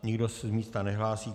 Nikdo se z místa nehlásí.